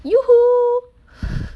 YooHoo